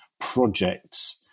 projects